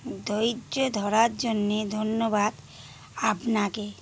ধৈর্য্য ধরার জন্যে ধন্যবাদ আপনাকে